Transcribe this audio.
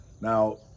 now